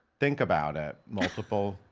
think about it, multiple,